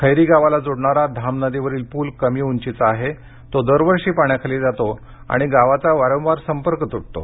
खैरी गावाला जोडणारा धाम नदीवरील पुल कमी उंचीचा आहे तो दरवर्षी पाण्याखाली जातो आणि गावाचा वांरवार संपर्क तूटतो